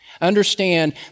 understand